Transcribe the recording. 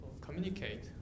communicate